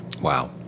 Wow